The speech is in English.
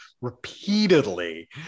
repeatedly